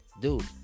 Dude